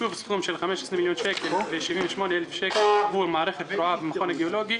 תקצוב סכום של 15,078 אלפי ש"ח עבור מערכת תרועה במכון הגיאולוגי.